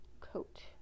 coat